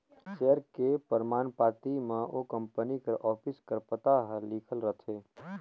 share के परमान पाती म ओ कंपनी कर ऑफिस कर पता हर लिखाल रहथे